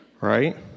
Right